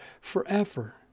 forever